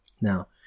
now